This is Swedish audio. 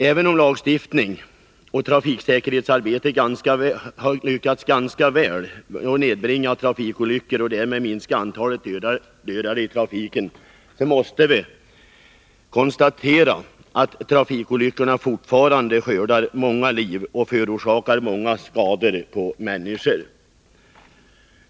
Även om lagstiftning och trafiksäkerhetsarbete ganska väl har lyckats att nedbringa antalet trafikolyckor och därmed minska antalet dödade i trafiken, måste vi konstatera att trafikolyckorna fortfarande skördar många liv och förorsakar många skador på människor.